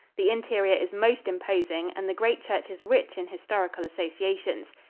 the interior is most imposing and the great church is rich in historical associations.